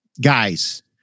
Guys